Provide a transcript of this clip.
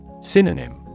Synonym